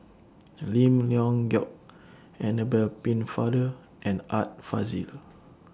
Lim Leong Geok Annabel Pennefather and Art Fazil